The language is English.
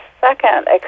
second